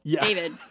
David